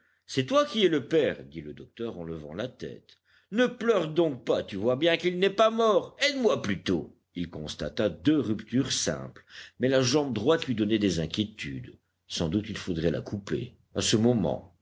c'est toi qui es le père dit le docteur en levant la tête ne pleure donc pas tu vois bien qu'il n'est pas mort aide-moi plutôt il constata deux ruptures simples mais la jambe droite lui donnait des inquiétudes sans doute il faudrait la couper a ce moment